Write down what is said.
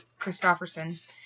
Christofferson